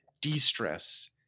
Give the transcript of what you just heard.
de-stress